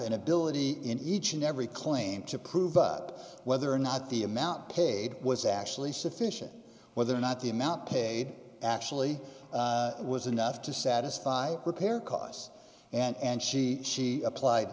an ability in each and every claim to prove up whether or not the amount paid was actually sufficient whether or not the amount paid actually was enough to satisfy repair costs and she she applied